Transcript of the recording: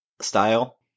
style